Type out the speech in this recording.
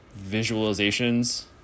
visualizations